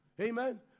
Amen